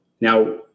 Now